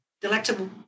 delectable